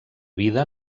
vida